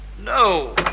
No